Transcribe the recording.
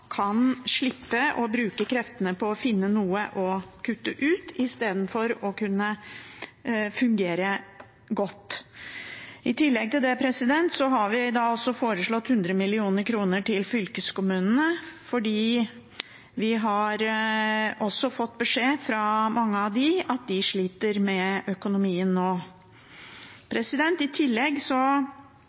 kan slippe å bruke kreftene på å finne noe å kutte ut, i stedet for å kunne fungere godt. I tillegg til det har vi foreslått 100 mill. kr til fylkeskommunene, for vi har også fått beskjed fra mange av dem om at de sliter med økonomien nå. I tillegg